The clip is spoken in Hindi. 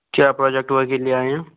क्या प्रोजेक्ट वर्क के लिए आए हैं